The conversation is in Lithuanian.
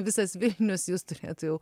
visas vilnius jus turėtų jau